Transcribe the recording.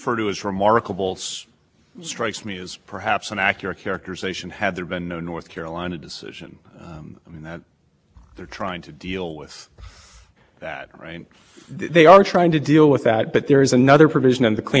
carolina decision in that they're trying to deal with that right they are trying to deal with that but there is another provision in the cleric that gives them the mechanism to do that here and that is section seventy four ten k five wri